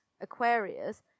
Aquarius